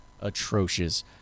atrocious